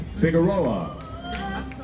Figueroa